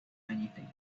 anything